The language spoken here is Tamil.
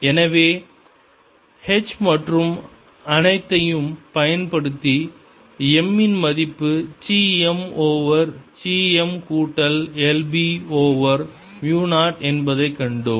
எனவே h மற்றும் அனைத்தையும் பயன்படுத்தி m இன் மதிப்பு C m over C m கூட்டல் 1 b ஓவர் மு 0 என்பதை கண்டோம்